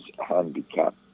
Handicap